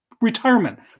retirement